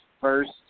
first